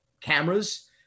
cameras